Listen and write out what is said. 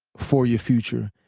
for your future.